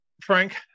Frank